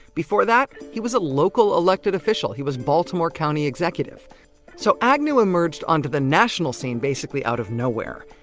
before that, he was a local elected official, he was baltimore county executive so, agnew emerged onto the national scene basically out of nowhere.